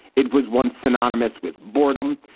it was once synonymous with boredom.